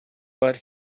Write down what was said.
but